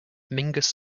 mingus